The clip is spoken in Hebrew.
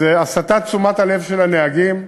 זה הסטת תשומת הלב של הנהגים.